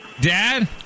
Dad